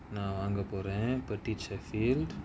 நா வாங்க போரன்:na vaanga poran petite sheffield